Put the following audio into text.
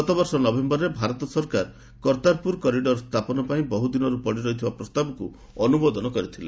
ଗତବର୍ଷ ନଭେୟରରେ ଭାରତ ସରକାର କରତାରପୁର କରିଡ଼ର ସ୍ଥାପନ ପାଇଁ ବହୁ ଦିନରୁ ପଡ଼ିରହିଥିବା ପ୍ରସ୍ତାବକୁ ଅନୁମୋଦନ କରିଥିଲେ